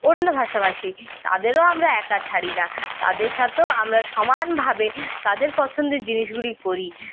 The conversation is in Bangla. অন্য ভাষাভাষী তাদেরও আমরা একা ছাড়ি না তাদের সাথেও আমরা সমানভাবে তাদের পছন্দের জিনিসগুলি করি